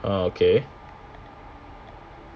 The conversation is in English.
orh okay